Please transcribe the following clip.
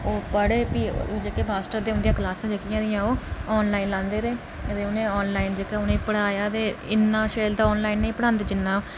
ओह् पढ़े भी जेह्के मास्टर होंदे उं'दियां क्लासां जेह्कियां हियां ओह् आनलाइन लांदे रेह् अदे उ'नें आनलाइन जेह्का उ'नेंई पढ़ाया दे इन्ना शैल ते आनलाइन ते नेईं पढ़ाया